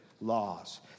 laws